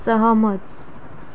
सहमत